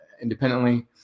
independently